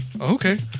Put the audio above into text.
Okay